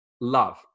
love